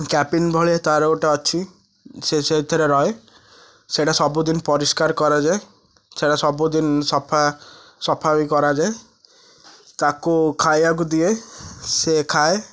cabin ଭଳିଆ ତାର ଗୋଟେ ଅଛି ସେ ସେଇଥିରେ ରହେ ସେଇଟା ସବୁଦିନେ ପରିଷ୍କାର କରାଯାଏ ସେଇଟା ସବୁଦିନ ସଫା ସଫା ବି କରାଯାଏ ତାକୁ ଖାଇବାକୁ ଦିଏ ସିଏ ଖାଏ